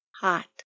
hot